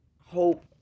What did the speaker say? Hope